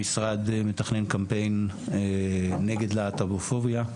המשרד מתכנן קמפיין נגד להט"בופוביה,